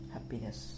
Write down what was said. Happiness